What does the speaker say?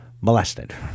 molested